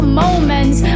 moments